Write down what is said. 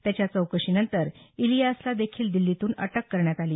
त्याच्या चौकशीनंतर इलियासला देखील दिछीतून अटक करण्यात आली